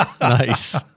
Nice